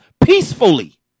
peacefully